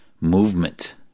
movement